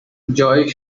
joy